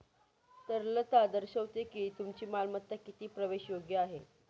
तरलता दर्शवते की तुमची मालमत्ता किती प्रवेशयोग्य आहे